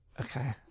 Okay